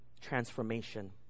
transformation